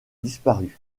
disparu